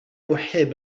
أحب